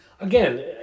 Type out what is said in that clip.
again